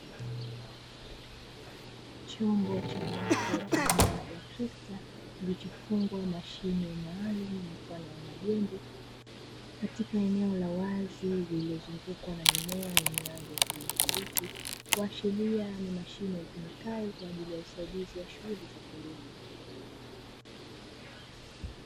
Chombo cha moto aina ya trekta kilichofungwa mashine maalumu mfano wa majembe katika eneo la wazi lililozungukwa na mimea yenye rangi ya kijani kibichi, kuashiria ni mashine itumikayo kwa ajili ya usaidizi wa shughuli za kilimo.